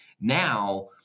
now